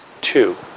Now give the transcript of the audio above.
two